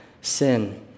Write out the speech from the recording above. sin